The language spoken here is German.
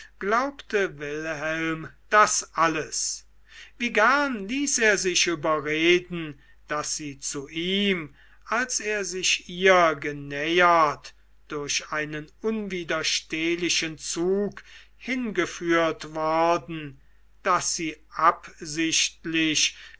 glaubte wilhelm das alles wie gern ließ er sich überreden daß sie zu ihm als er sich ihr genähert durch einen unwiderstehlichen zug hingeführt worden daß sie absichtlich